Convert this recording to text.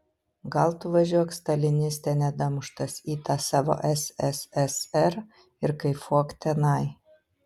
gal tu važiuok staliniste nedamuštas į tą savo sssr ir kaifuok tenai